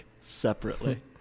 separately